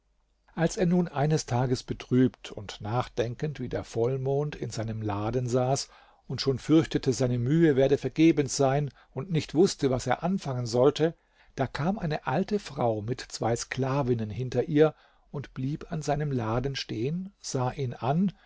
als er nun eines tages betrübt und nachdenkend wie der vollmond in seinem laden saß und schon fürchtete seine mühe werde vergebens sein und nicht wußte was er anfangen sollte da kam eine alte frau mit zwei sklavinnen hinter ihr und blieb an seinem laden stehen sah ihn an